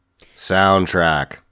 soundtrack